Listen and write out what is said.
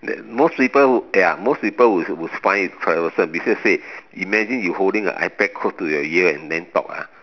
most people would ya most people would would find it troublesome because say imagine you holding a i Pad close to your ear and then talk ah